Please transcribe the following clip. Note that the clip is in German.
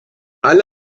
alle